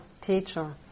teacher